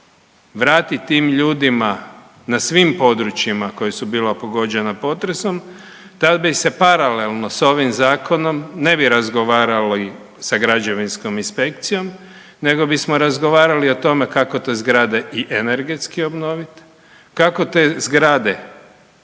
vrati tim ljudima na svim područjima koja su bila pogođena potresom, tad bi se paralelno s ovim Zakonom, ne bi razgovarali sa građevinskom inspekcijom, nego bismo razgovarali o tome kako te zgrade i energetski obnoviti, kako te zgrade